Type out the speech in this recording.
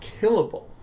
killable